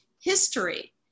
history